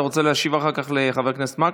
אתה רוצה להשיב אחר כך לחבר הכנסת מקלב?